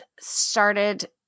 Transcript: started